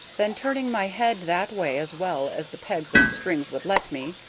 then, turning my head that way as well as the pegs and strings would let me,